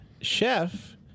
chef